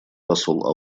посол